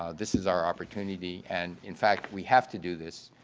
ah this is our opportunity and, in fact, we have to do this,